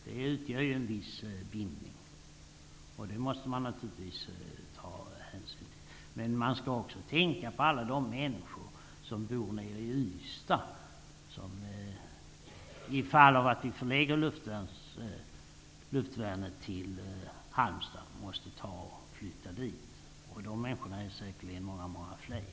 Det utgör ju en viss bindning. Det måste man naturligtvis ta hänsyn till. Men man skall också tänka på alla de människor som bor nere i Ystad och som, om vi förlägger luftvärnet till Halmstad, måste flytta dit. De människorna är säkerligen många fler.